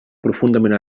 profundament